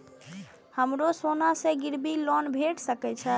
हमरो सोना से गिरबी लोन भेट सके छे?